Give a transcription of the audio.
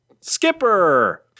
Skipper